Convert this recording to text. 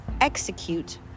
execute